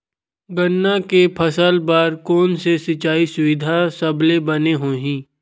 गन्ना के फसल बर कोन से सिचाई सुविधा सबले बने होही?